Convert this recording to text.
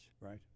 Right